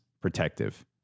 protective